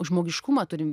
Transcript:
žmogiškumą turim